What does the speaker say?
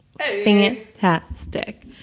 Fantastic